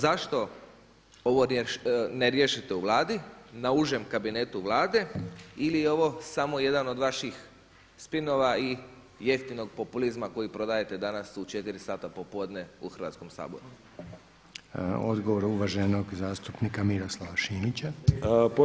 Zašto ovo ne riješite na Vladi na Užem kabinetu Vlade ili je ovo samo jedan od vaših spinova i jeftinog populizma koji prodajete danas u četiri sata popodne u Hrvatskom saboru?